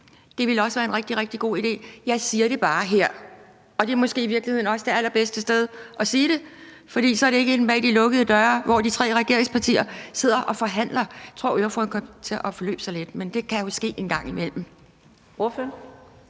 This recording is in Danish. ville også være en rigtig, rigtig god idé. Jeg siger det bare her, og det er måske i virkeligheden også det allerbedste sted at sige det, for så er det ikke inde bag de lukkede døre, hvor de tre regeringspartier sidder og forhandler. Jeg tror, ordføreren kom til at forløbe sig lidt, men det kan jo ske en gang imellem.